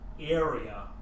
area